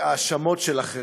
בהאשמות של אחרים.